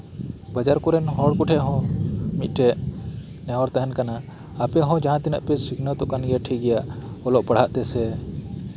ᱵᱟᱡᱟᱨ ᱠᱚᱨᱮᱱ ᱦᱚᱲᱠᱩᱴᱷᱮᱱ ᱦᱚ ᱢᱤᱫᱴᱮᱡ ᱱᱮᱦᱚᱨ ᱛᱟᱦᱮᱸᱱ ᱠᱷᱟᱱᱟ ᱟᱯᱮᱦᱚᱸ ᱡᱟᱦᱟᱸ ᱛᱤᱱᱟᱹᱜ ᱯᱮ ᱥᱤᱠᱷᱱᱟᱹᱛᱚᱜ ᱠᱟᱱᱜᱮᱭᱟ ᱴᱷᱤᱠᱜᱮᱭᱟ ᱚᱞᱚᱜ ᱯᱟᱲᱟᱦᱟᱜ ᱛᱮᱥᱮ